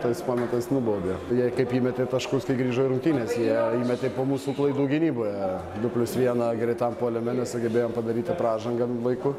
tais momentais nubaudė jie kaip įmetė taškus kai grįžo į rungtynes jie įmetė po mūsų klaidų gynyboje du plius vieną greitam puolime mes sugebėjom padaryti pražangą laiku